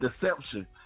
deception